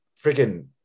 freaking